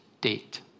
date